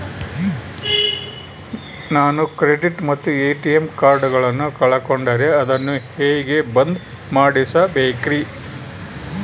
ನಾನು ಕ್ರೆಡಿಟ್ ಮತ್ತ ಎ.ಟಿ.ಎಂ ಕಾರ್ಡಗಳನ್ನು ಕಳಕೊಂಡರೆ ಅದನ್ನು ಹೆಂಗೆ ಬಂದ್ ಮಾಡಿಸಬೇಕ್ರಿ?